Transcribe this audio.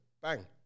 Bang